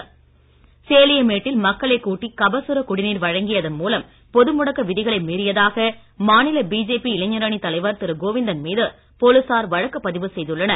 புதுச்சேரி வழக்கு சேலியமேட்டில் மக்களைக் கூட்டி கபசுர குடிநீர் வழங்கியதன் மூலம் பொது முடக்க விதிகளை மீறியதாக மாநில பிஜேபி இளைஞர் அணி தலைவர் திரு கோவிந்தன் மீது போலீசார் வழக்கு பதிவு செய்துள்ளனர்